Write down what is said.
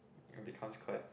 it becomes quite